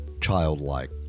childlike